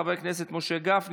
חברי הכנסת משה גפני,